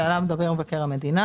שעליו מדבר מבקר המדינה,